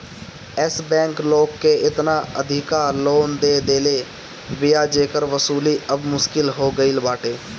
एश bank लोग के एतना अधिका लोन दे देले बिया जेकर वसूली अब मुश्किल हो गईल बाटे